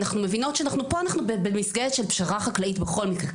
כאן אנחנו במסגרת של פשרה חקלאות בכל מקרה.